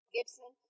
Gibson